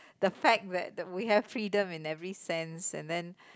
the fact that we have freedom in every sense and then